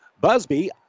Busby